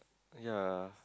yea